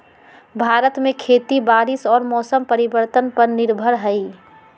भारत में खेती बारिश और मौसम परिवर्तन पर निर्भर हई